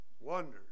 wonders